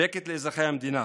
שקט לאזרחי המדינה